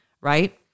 Right